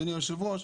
אדוני היושב ראש,